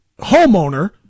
homeowner